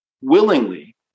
willingly